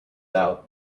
out